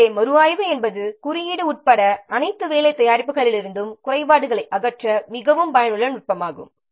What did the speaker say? எனவே மறுஆய்வு என்பது குறியீடு உட்பட அனைத்து வேலை தயாரிப்புகளிலிருந்தும் குறைபாடுகளை அகற்ற மிகவும் பயனுள்ள நுட்பமாகும்